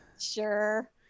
Sure